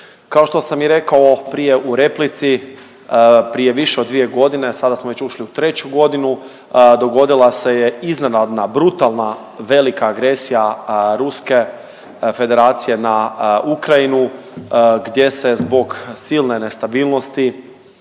Kao što sam i rekao prije u replici, prije više od 2.g., a sada smo već ušli u treću godinu, dogodila se je iznenadna brutalna velika agresija Ruske Federacije na Ukrajinu gdje se zbog silne nestabilnosti